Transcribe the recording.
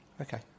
Okay